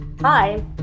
Hi